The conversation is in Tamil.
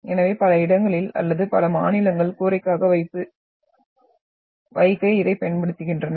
எனவே பல இடங்களில் அல்லது பல மாநிலங்கள் கூரைக்காக வைக்க இதைப் பயன்படுத்துகின்றன